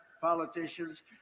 politicians